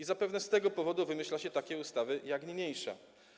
I zapewne z tego powodu wymyśla się takie ustawy jak niniejsza.